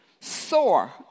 sore